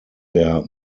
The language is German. der